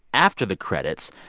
after the credits,